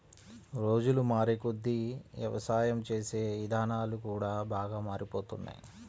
రోజులు మారేకొద్దీ యవసాయం చేసే ఇదానాలు కూడా బాగా మారిపోతున్నాయ్